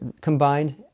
combined